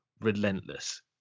relentless